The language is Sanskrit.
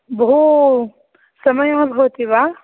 बहु समयो भवति वा